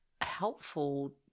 helpful